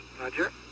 Roger